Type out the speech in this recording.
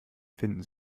finden